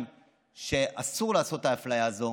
התש"ס 2000. אסור לעשות את האפליה הזאת.